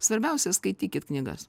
svarbiausia skaitykit knygas